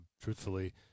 truthfully